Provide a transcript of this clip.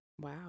Wow